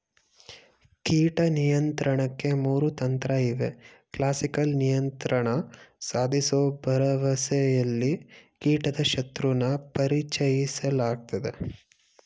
ಕೀಟ ನಿಯಂತ್ರಣಕ್ಕೆ ಮೂರು ತಂತ್ರಇವೆ ಕ್ಲಾಸಿಕಲ್ ನಿಯಂತ್ರಣ ಸಾಧಿಸೋ ಭರವಸೆಲಿ ಕೀಟದ ಶತ್ರುನ ಪರಿಚಯಿಸಲಾಗ್ತದೆ